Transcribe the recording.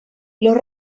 los